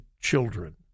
children